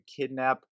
kidnap